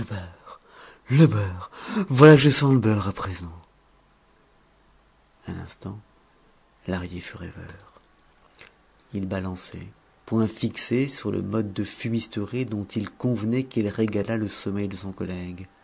le beurre voilà que je sens le beurre à présent un instant lahrier fut rêveur il balançait point fixé sur le mode de fumisterie dont il convenait qu'il régalât le sommeil de son collègue